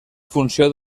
funció